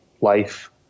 life